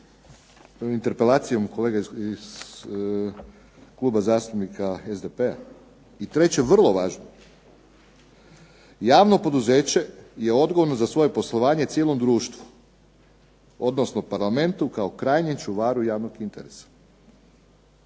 interpelacijom kolege iz Kluba zastupnika SDP-a. I treće vrlo važno, javno poduzeće je odgovorno za svoje poslovanje cijelom društvu, odnosno Parlamentu kao krajnjem čuvaru javnog interesa.